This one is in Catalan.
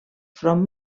front